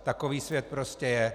Takový svět prostě je.